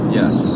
yes